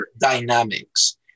dynamics